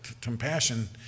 compassion